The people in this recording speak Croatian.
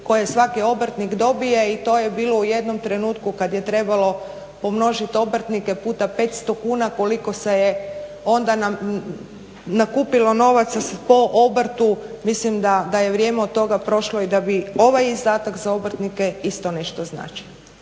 koje svaki obrtnik dobije. I to je bilo u jednom trenutku kad je trebalo pomnožit obrtnike puta 500 kuna koliko se je onda nakupilo novaca po obrtu mislim da je vrijeme od toga prošlo i da bi ovaj izdatak za obrtnike isto nešto značio.